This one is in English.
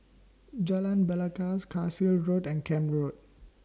Jalan Belangkas Carlisle Road and Camp Road